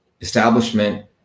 establishment